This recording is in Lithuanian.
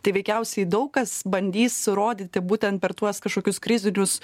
tai veikiausiai daug kas bandys įrodyti būtent per tuos kažkokius krizinius